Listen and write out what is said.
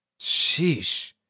Sheesh